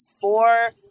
four